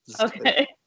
Okay